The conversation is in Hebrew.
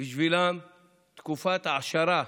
בשבילם תקופת העשרה.